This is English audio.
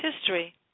history